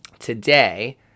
Today